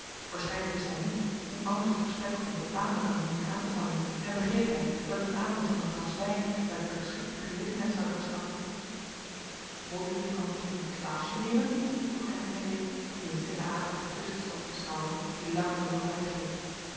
waarschijnlijk wist hij niet hoe anders het gesprek op een betamelijke manier aan te vangen en begreep hij dat het aanbod van een glas wijn daartoe de geschiktste gelegenheid zoude verschaffen wol de jiffrouw nicht een klaasje nemen vroeg hij aan henriëtte die in stille aandacht de kust zat te beschouwen die langzaam